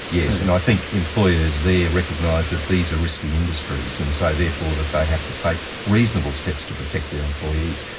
yes, and i think employers there recognise that these are risky industries, and so therefore that they have to take reasonable steps to protect their employees.